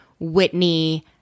Whitney